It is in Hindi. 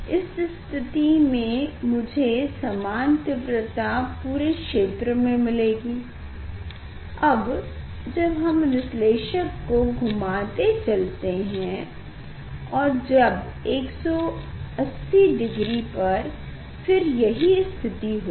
इस स्थिति में मुझे समान तीव्रता पूरे क्षेत्र में मिलेगी और जब हम विश्लेषक को घुमाते चलते है और जब 180 डिग्री पर फिर यही स्थिति होगी